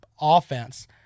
offense